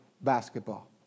basketball